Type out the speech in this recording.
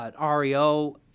REO